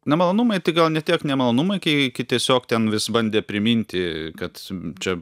nemalonumai tai gal ne tiek nemalonumai kai tiesiog ten vis bandė priminti kad čia